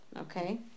Okay